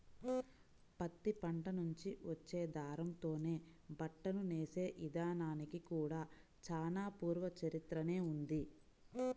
పత్తి పంట నుంచి వచ్చే దారంతోనే బట్టను నేసే ఇదానానికి కూడా చానా పూర్వ చరిత్రనే ఉంది